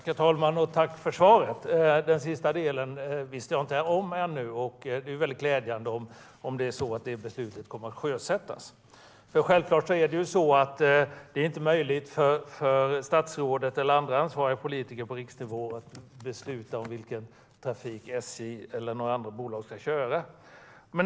Herr talman! Tack, statsrådet, för svaret! Den sista delen visste jag inte om än. Det är glädjande om det har kommit ett sådant beslut. Självklart är det inte möjligt för statsrådet eller andra ansvariga politiker på riksnivå att besluta vilken trafik SJ eller andra bolag ska köra.